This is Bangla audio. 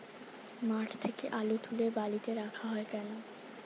মাঠ থেকে আলু তুলে বালিতে রাখা হয় কেন?